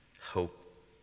hope